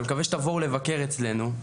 אני מקווה שתבואו לבקר אצלנו,